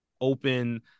open